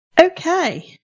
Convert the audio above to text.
Okay